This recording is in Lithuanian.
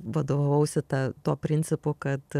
vadovavausi ta tuo principu kad